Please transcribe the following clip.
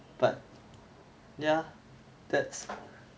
but yeah that's